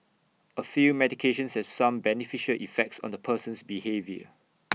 A few medications have some beneficial effects on the person's behaviour